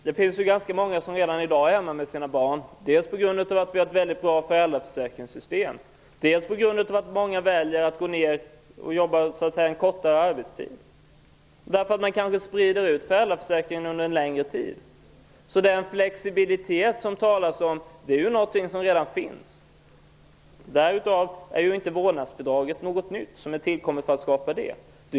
Herr talman! Ganska många är redan i dag hemma med sina barn, dels på grund av att vi har ett väldigt bra föräldraförsäkringssystem, dels på grund av att många väljer kortare arbetstid. Man kanske sprider ut föräldraförsäkringen under en längre tid. Den flexibilitet som det talas om finns redan. Vårdnadsbidraget är inte något nytt som är tillkommet för att skapa flexibilitet.